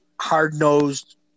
hard-nosed